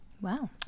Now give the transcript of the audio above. Wow